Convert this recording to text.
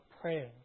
praying